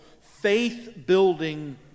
faith-building